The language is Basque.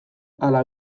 ala